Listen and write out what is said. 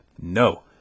No